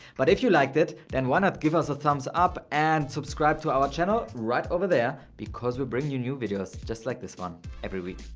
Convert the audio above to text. but if you liked it, then why not give us a thumbs up and subscribe to our channel right over there, because we bring you new videos just like this one every week.